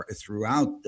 throughout